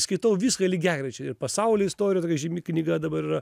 skaitau viską lygiagrečiai ir pasaulio istorija tokia žymi knyga dabar yra